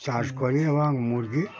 চাষ করি এবং মুরগি